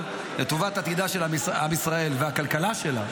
לטובת עתידה של ישראל והכלכלה שלה,